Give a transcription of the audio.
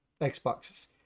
Xboxes